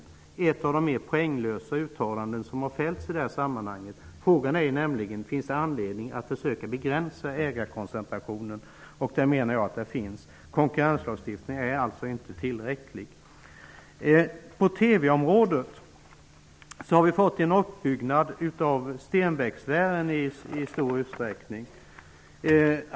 Detta är ett av de mer poänglösa uttalanden som har fällts i det här sammanhanget. Frågan är nämligen om det finns anledning att försöka begränsa ägarkoncentrationen, vilket jag menar att det finns. Konkurrenslagstiftningen är alltså inte tillräcklig. På TV-området har vi i stor utsträckning fått en uppbyggnad av Stenbeckssfären.